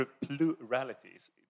pluralities